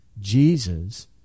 Jesus